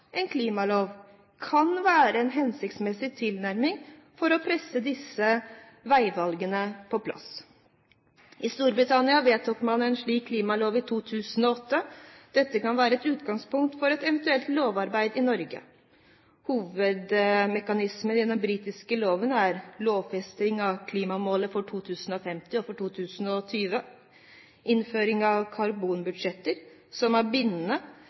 en klimalov kan være en hensiktsmessig tilnærming for å presse disse veivalgene på plass. I Storbritannia vedtok man en slik klimalov i 2008. Dette kan være et utgangspunkt for et eventuelt lovarbeid i Norge. Hovedmekanismene i den britiske loven er: Lovfesting av klimamålet for 2050 og for 2020. Innføring av «karbonbudsjetter» som er bindende